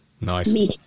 Nice